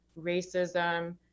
racism